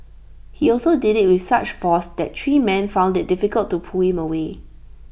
he also did IT with such force that three men found IT difficult to pull him away